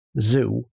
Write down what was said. zoo